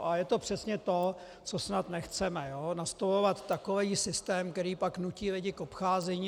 A je to přesně to, co snad nechceme nastolovat takový systém, který pak nutí lidi k obcházení.